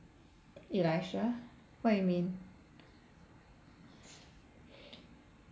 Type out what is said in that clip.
Elisha what you mean